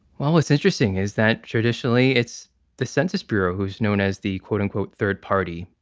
well, what's interesting is that traditionally it's the census bureau who's known as the quote unquote third party,